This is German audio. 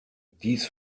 dies